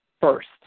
first